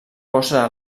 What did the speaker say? posa